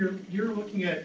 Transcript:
you're you're looking at